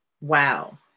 wow